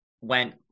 went